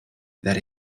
that